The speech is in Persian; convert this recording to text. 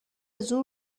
زور